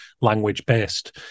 language-based